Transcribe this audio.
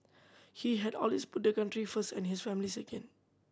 he had always put the country first and his family second